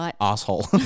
asshole